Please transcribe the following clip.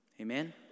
Amen